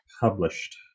published